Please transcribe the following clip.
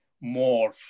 more